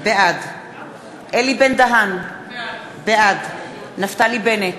בעד אלי בן-דהן, בעד נפתלי בנט,